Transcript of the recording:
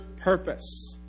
purpose